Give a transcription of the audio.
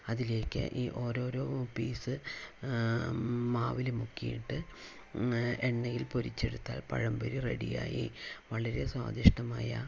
അതിലേയ്ക്ക് ഈ ഓരോരോ പീസ് മാവില് മുക്കിയിട്ട് എണ്ണയിൽ പൊരിച്ചെടുത്താൽ പഴം പൊരി റെഡി ആയി വളരെ സ്വാദിഷ്ടമായ